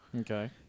Okay